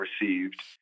received—